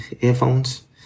earphones